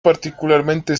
particularmente